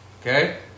Okay